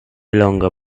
longer